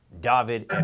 David